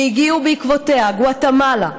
והגיעו בעקבותיה גואטמלה,